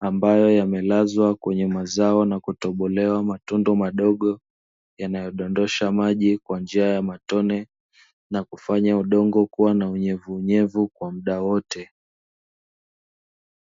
ambayo yamelazwa kwenye mazao na kutobolewa matundu madogo, yanayodondosha maji kwa njia ya matone na kufanya udongo kuwa na unyevuunyevu kwa mda wote.